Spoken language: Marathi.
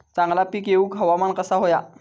चांगला पीक येऊक हवामान कसा होया?